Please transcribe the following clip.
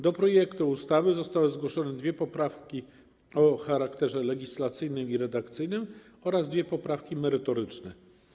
Do projektu ustawy zostały zgłoszone dwie poprawki o charakterze legislacyjnym i redakcyjnym oraz dwie poprawki merytoryczne.